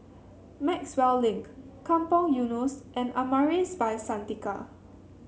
Maxwell Link Kampong Eunos and Amaris By Santika